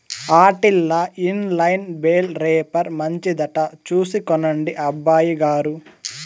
ఆటిల్ల inline bale wrapper మంచిదట చూసి కొనండి అబ్బయిగారు